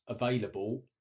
available